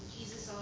Jesus